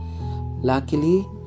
Luckily